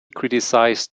criticized